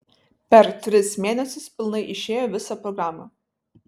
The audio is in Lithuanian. per tris mėnesius pilnai išėjo visą programą